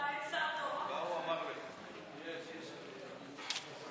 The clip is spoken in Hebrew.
אני לא מפעיל אפילו, אתה